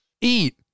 eat